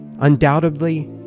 Undoubtedly